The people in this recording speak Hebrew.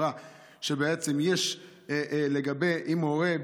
ואמרה שבעצם אם ההורה,